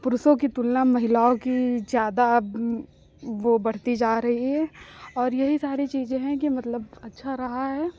पुरुषों की तुलना महिलाओं की ज़्यादा वो बढ़ती जा रही है और यही सारी चीज़ें हैं कि मतलब बहुत अच्छा रहा है